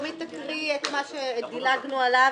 שלומית תקריא את מה שדילגנו עליו,